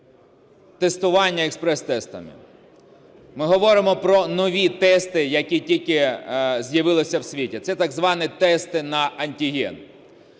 тестування експрес-тестами, ми говоримо про нові тести, які тільки з'явилися у світі, це так звані тести на антиген.